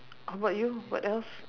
how about you what else